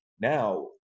Now